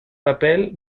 papel